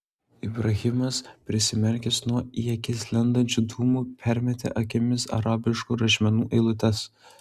ibrahimas prisimerkęs nuo į akis lendančių dūmų permetė akimis arabiškų rašmenų eilutes